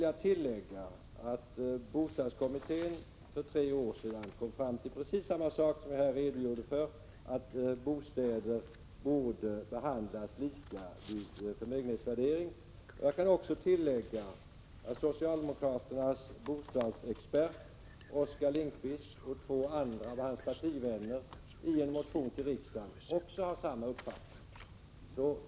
Jag noterar att bostadskommittén för tre år sedan kom fram till precis detsamma som jag redogjorde för här, att bostäder borde behandlas lika vid förmögenhetsvärderingen. Jag kan också tillägga att socialdemokraternas bostadsexpert Oskar Lindkvist och två andra av hans partivänner i en motion till riksdagen framför samma uppfattning.